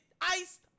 iced